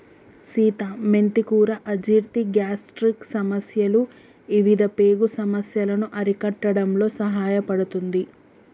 సీత మెంతి కూర అజీర్తి, గ్యాస్ట్రిక్ సమస్యలు ఇవిధ పేగు సమస్యలను అరికట్టడంలో సహాయపడుతుంది